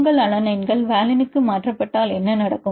உங்கள் அலனைன்கள் வாலினுக்கு மாற்றப்பட்டால் என்ன நடக்கும்